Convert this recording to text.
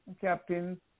captain